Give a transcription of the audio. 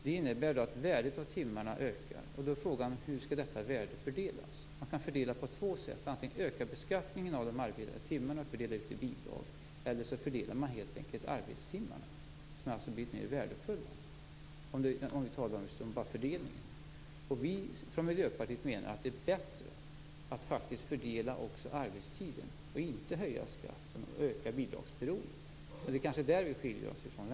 Det innebär att värdet av timmarna ökar. Hur skall detta värde fördelas? Det kan fördelas på två sätt. Antingen ökar man beskattningen av de arbetade timmarna för att dela ut det i bidrag, eller så fördelar man helt enkelt arbetstimmarna, som alltså har blivit mer värdefulla. Nu talar vi bara om fördelningen. Vi från Miljöpartiet menar att det är bättre att fördela också arbetstiden och inte höja skatten och öka bidragsberoendet. Det är kanske där vi skiljer oss från